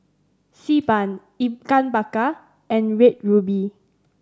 Xi Ban Ikan Bakar and Red Ruby